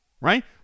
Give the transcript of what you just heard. right